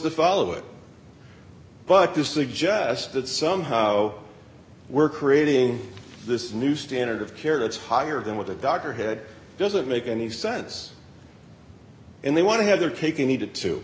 to follow it but to suggest that somehow we're creating this new standard of care that's higher than what the doctor head doesn't make any sense and they want to have their cake and eat it too